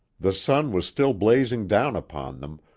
the sun was still blazing down upon them,